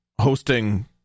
hosting